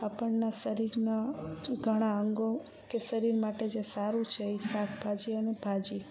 આપણાં શરીરનાં ઘણા અંગો કે શરીર માટે જે સારું છે એ શાકભાજી અને ભાજી